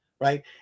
Right